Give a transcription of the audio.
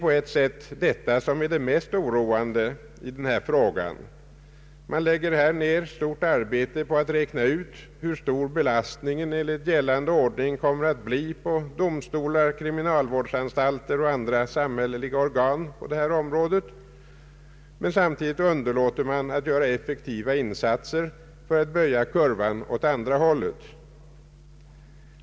På ett sätt är detta det mest oroande i denna fråga. Man lägger här ned ett stort arbete på att räkna ut hur stor belastningen enligt gällande ordning kommer att bli på domstolar, kriminalvårdsanstalter och andra samhälleliga organ på detta område, men samtidigt underlåter man att göra effektiva insatser för att böja kurvan åt det andra hållet.